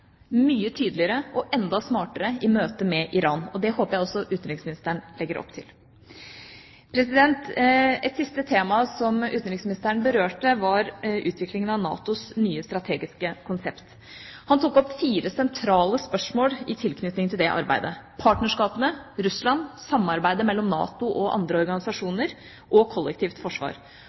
mye tydeligere og enda smartere i møtet med Iran, og det håper jeg også utenriksministeren legger opp til. Et siste tema som utenriksministeren berørte, var utviklingen av NATOs nye strategiske konsept. Han tok opp fire sentrale spørsmål i tilknytning til det arbeidet: partnerskapene, Russland, samarbeidet mellom NATO og andre organisasjoner og kollektivt forsvar.